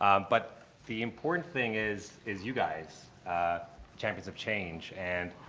um but the important thing is, is you guys champions of change. and